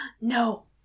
No